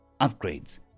Upgrades